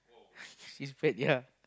she's fat yea